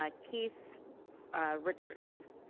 like keith rickards.